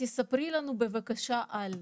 "תספרי להם בבקשה על".